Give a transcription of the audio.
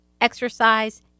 exercise